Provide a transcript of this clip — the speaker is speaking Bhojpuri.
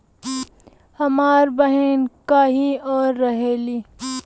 हमार बहिन कहीं और रहेली